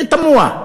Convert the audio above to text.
זה תמוה.